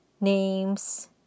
names